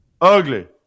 Ugly